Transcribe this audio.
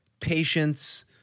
patience